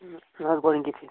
نہَ حظ گۄڈٕنِکۍ پھِرِ